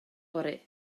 fory